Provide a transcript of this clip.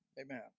amen